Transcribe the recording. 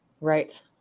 Right